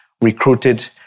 recruited